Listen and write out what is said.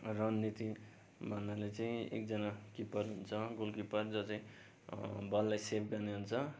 रणनीति भन्नाले चाहिँ एकजना किप्पर हुन्छ गोलकिप्पर जो चाहिँ बललाई सेभ गर्ने हुन्छ